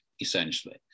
essentially